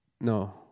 No